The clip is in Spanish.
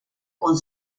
con